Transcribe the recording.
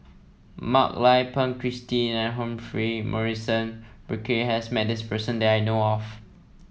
Mak Lai Peng Christine and Humphrey Morrison Burkill has met this person that I know of